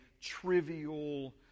trivial